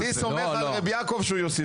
אני סומך על רב יעקב שהוא יוסיף.